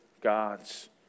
God's